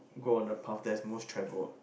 go on the path that are most travelled